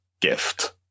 gift